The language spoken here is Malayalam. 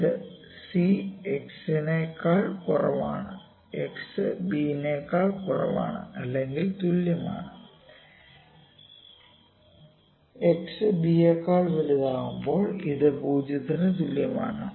ഇത് സി x നേക്കാൾ കുറവാണ് X b നേക്കാൾ കുറവോ അല്ലെങ്കിൽ തുല്യമാണ് CXb x ബി യേക്കാൾ വലുതാകുമ്പോൾ ഇത് 0 ന് തുല്യമാണ്